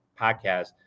podcast